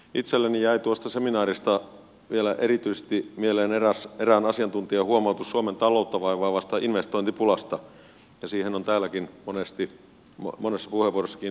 itselleni jäi tuosta seminaarista vielä erityisesti mieleen erään asiantuntijan huomautus suomen taloutta vaivaavasta investointipulasta ja siihen on täälläkin monessa puheenvuorossa kiinnitetty huomiota